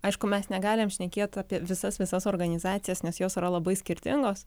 aišku mes negalim šnekėt apie visas visas organizacijas nes jos yra labai skirtingos